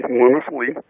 wonderfully